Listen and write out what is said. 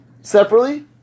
Separately